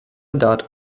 dot